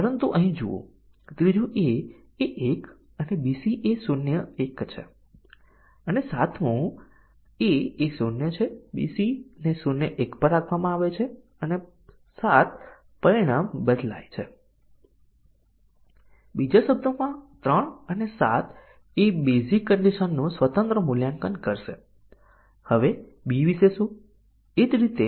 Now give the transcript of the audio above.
તેથી કમ્પાઇલર દ્વારા short circuit મૂલ્યાંકન ટેસ્ટીંગ ના કેસોની સંખ્યા ઓછી સંખ્યામાં ઘટાડે છે પરંતુ હંમેશાં નહીં અને અમને ખબર નથી ચોક્કસ કમ્પાઇલર માટે શોર્ટ સર્કિટ મૂલ્યાંકન શું છે